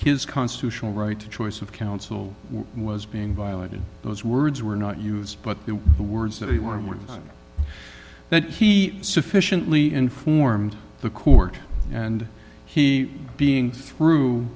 his constitutional right to choice of counsel was being violated those words were not used but the words that he won with that he sufficiently informed the court and he being through